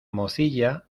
mozilla